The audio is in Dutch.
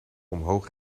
omhoog